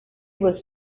was